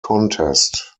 contest